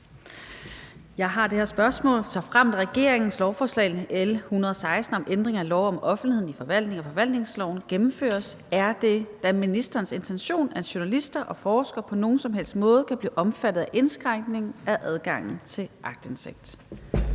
Jeg har det her spørgsmål: Såfremt regeringens lovforslag nr. L 116 om ændring af lov om offentlighed i forvaltningen og forvaltningsloven gennemføres, er det da ministerens intention, at journalister og forskere på nogen som helst måde kan blive omfattet af indskrænkningen af adgangen til aktindsigt?